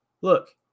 Look